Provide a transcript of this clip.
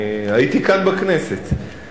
אני הייתי כאן בכנסת.